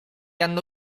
hanno